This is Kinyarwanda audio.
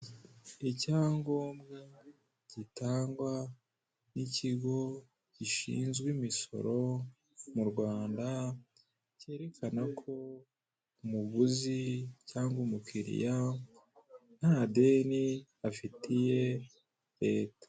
Icyangombwa gitangwa n'ikigo gishyinzwe imisoro mu Rwanda, cyerekana ko umuguzi cyangwa umukiriya nta deni afitiye Leta,